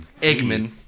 Eggman